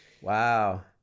Wow